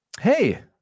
Hey